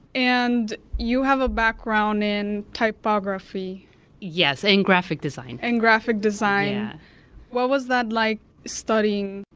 and you have a background in typography yes, and graphic design and graphic design. yeah what was that like studying?